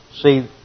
See